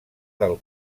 del